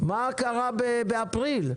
מה קרה באפריל?